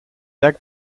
lacs